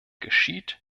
geschieht